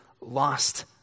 lost